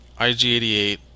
IG88